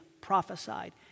prophesied